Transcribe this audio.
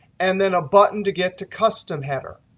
and then a button to get to custom header.